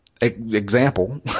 example